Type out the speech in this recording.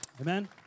Amen